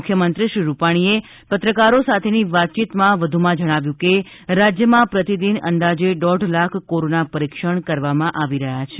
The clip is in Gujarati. મુખ્યમંત્રી શ્રી રૂપાણીએ પત્રકારો સાથેની વાતચીતમાં વધુમાં જણાવ્યું કે રાજ્યમાં પ્રતિદિન અંદાજે દોઢ લાખ કોરોના પરિક્ષણ કરવામાં આવી રહ્યા છે